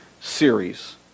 series